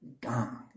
gong